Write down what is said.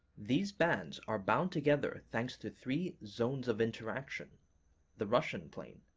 these bands are bound together thanks to three zones of interaction the russian plain,